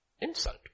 insult